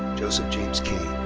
joseph james cain.